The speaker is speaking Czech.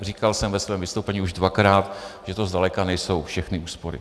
Říkal jsem ve svém vystoupení už dvakrát, že to zdaleka nejsou všechny úspory.